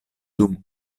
dum